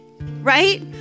right